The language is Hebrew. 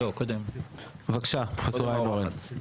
לא קודם בבקשה פרופסור איינהורן.